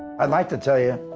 i'd like to tell ya,